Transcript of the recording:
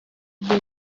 billy